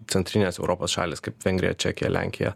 centrinės europos šalys kaip vengrija čekija lenkija